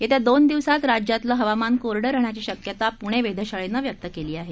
येत्या दोन दिवसांत राज्यातलं हवामान कोरडं राहण्याची शक्यता पूणे वेधशाळेनं व्यक्त केली आहे